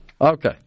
Okay